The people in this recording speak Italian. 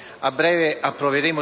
alla votazione del